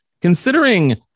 considering